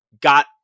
got